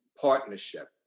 partnership